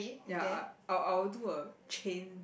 ya I I I'll do a chain